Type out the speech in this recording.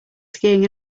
skiing